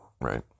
right